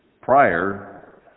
prior